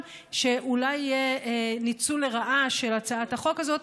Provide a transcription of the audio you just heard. שאולי יהיה ניצול לרעה של הצעת החוק הזאת,